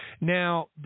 Now